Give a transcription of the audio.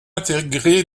intégré